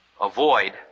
avoid